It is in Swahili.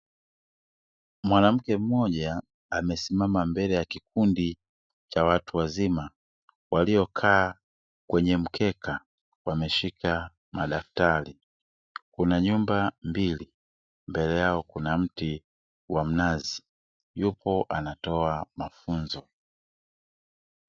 Mwanamke mmoja amesimama mbele ya kikundi cha watu wazima, waliokaa kwenye mkeka wameshika madaftari. Kuna nyumba mbili, mbele yao kuna mti wa mnazi yupo anatoa mafunzo.